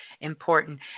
important